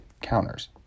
counters